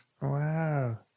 Wow